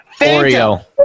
oreo